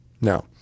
Now